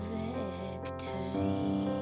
victory